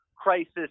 crisis